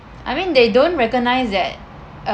I mean they don't recognise that